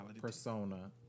persona